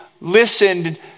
listened